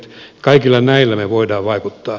kaikilla näillä me voimme vaikuttaa